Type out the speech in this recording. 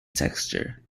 texture